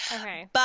Okay